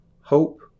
hope